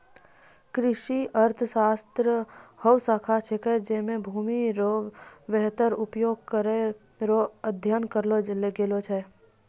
कृषि अर्थशास्त्र हौ शाखा छिकै जैमे भूमि रो वेहतर उपयोग करै रो अध्ययन करलो गेलो छै